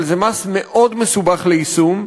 אבל זה מס מאוד מסובך ליישום,